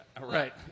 Right